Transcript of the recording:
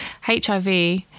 HIV